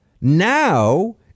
Now